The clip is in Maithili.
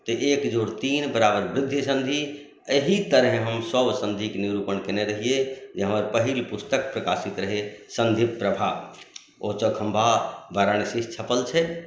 तऽ एक जोड़ तीन बराबर वृद्धि सन्धि एही तरहेँ हमसभ सन्धिके निरूपण कयने रहियै जे हमर पहिल पुस्तक प्रकाशित रहै सन्धि प्रभा ओ चौखम्बा वाराणसीसँ छपल छै